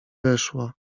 weszła